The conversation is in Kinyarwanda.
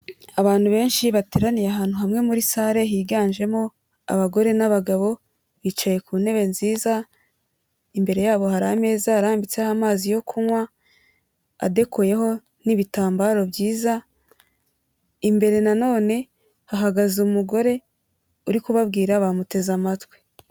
Abantu benshi bateraniye ahantu hamwe muri sale higanjemo abagore n'abagabo bicaye ku ntebe nziza, imbere yabo hari ameza arambitseho amazi yo kunywa, adekoyeho n'ibitambaro byiza, imbere na none hahagaze umugore uri kubabwira bamuteze amatwi.